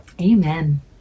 Amen